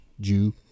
Jew